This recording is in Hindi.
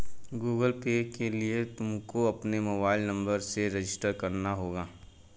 गूगल पे के लिए तुमको अपने मोबाईल नंबर से रजिस्टर करना होगा